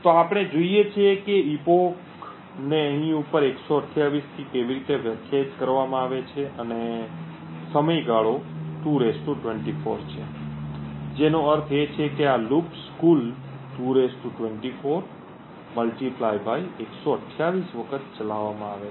તેથી આપણે જોઈએ છીએ કે epoch ને અહીં ઉપર 128 થી કેવી રીતે વ્યાખ્યાયિત કરવામાં આવે છે અને સમયગાળો 2 24 છે જેનો અર્થ છે કે આ લૂપ્સ કુલ 2 24 128 વખત ચલાવવામાં આવે છે